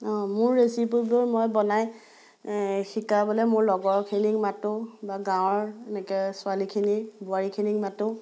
অ' মোৰ ৰেচিপিবোৰ মই বনাই শিকাবলৈ মোৰ লগৰখিনিক মাতোঁ বা গাঁৱৰ এনেকৈ ছোৱালীখিনিক বোৱাৰীখিনিক মাতোঁ